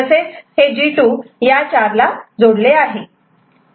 तसेच G2 या चार ला जोडलेला आहे